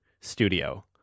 studio